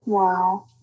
Wow